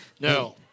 No